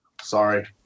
sorry